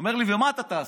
אומר לי: ומה אתה תעשה?